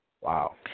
wow